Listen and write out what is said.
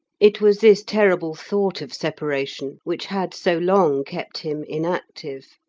it was this terrible thought of separation which had so long kept him inactive.